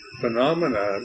phenomena